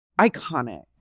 iconic